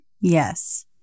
Yes